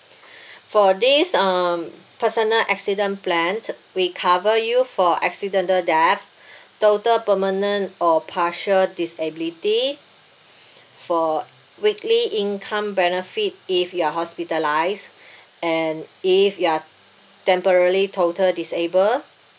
for this um personal accident plan we cover you for accidental death total permanent or partial disability for weekly income benefit if you're hospitalised and if you're temporarily total disable